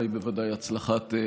חבר הכנסת יריב לוין, בבקשה.